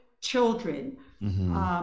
children